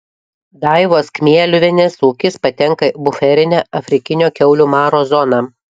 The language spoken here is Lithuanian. daivos kmieliuvienės ūkis patenka į buferinę afrikinio kiaulių maro zoną